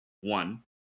One